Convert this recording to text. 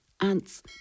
ants